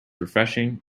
refreshing